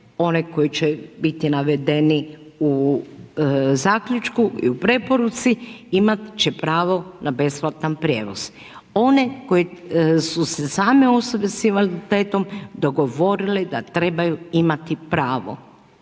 one koje će biti navedeni u zaključku i u preporuci, imat će pravo na besplatan prijevoz. One koje su se same osobe sa invaliditetom, dogovorili da trebaju imati pravo.